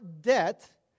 debt